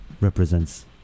represents